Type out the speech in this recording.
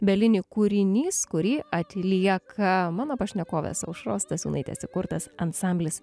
belini kūrinys kurį atlieka mano pašnekovės aušros stasiūnaitės įkurtas ansamblis